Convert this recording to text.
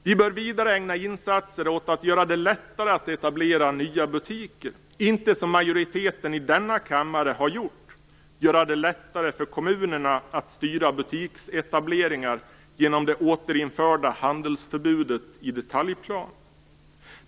Vi bör vidare ägna insatser åt att göra det lättare att etablera nya butiker och inte, som majoriteten i denna kammare har gjort, göra det lättare för kommunerna att styra butiksetableringar genom det återinförda handelsförbudet i detaljplan.